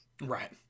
Right